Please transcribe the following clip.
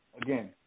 again